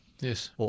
Yes